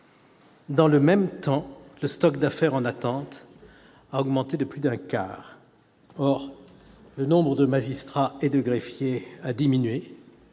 Dans le même temps, le stock d'affaires en attente a augmenté de plus d'un quart. Or le nombre de magistrats et de greffiers a diminué.